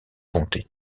comté